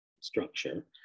structure